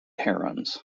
herons